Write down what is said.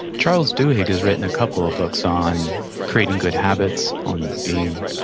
charles duhigg has written a couple of books on creating good habits, on being,